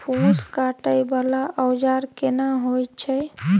फूस काटय वाला औजार केना होय छै?